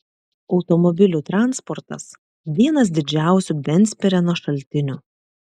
automobilių transportas vienas didžiausių benzpireno šaltinių